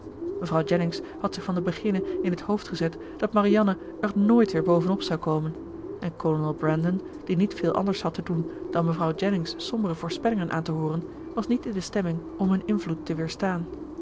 mevrouw jennings had zich van den beginne in het hoofd gezet dat marianne er nooit weer bovenop zou komen en kolonel brandon die niet veel anders had te doen dan mevrouw jennings sombere voorspellingen aan te hooren was niet in de stemming om hun invloed te weerstaan